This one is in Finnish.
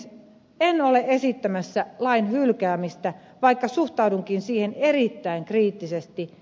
en ole esittämässä lain hylkäämistä vaikka suhtaudunkin siihen erittäin kriittisesti